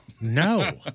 No